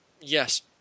yes